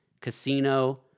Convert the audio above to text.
Casino